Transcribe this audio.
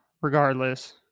regardless